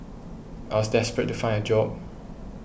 I was desperate to find a job